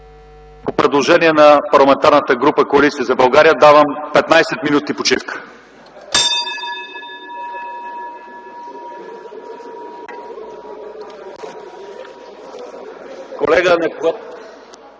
По предложение на Парламентарната група на Коалиция за България давам 15 минути почивка. Уважаеми